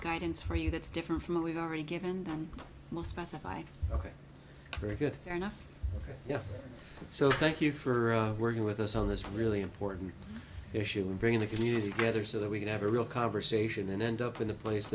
guidance for you that's different from what we've already given them most specify ok very good enough yeah so thank you for working with us on this really important issue in bringing the community together so that we can have a real conversation and end up in a place